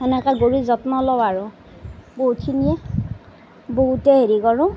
এনেকৈ গৰু যত্ন লওঁ আৰু বহুতখিনিয়ে বহুতে হেৰি কৰোঁ